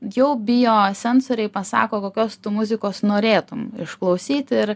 jau biosensoriai pasako kokios tu muzikos norėtum išklausyt ir